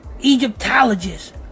Egyptologists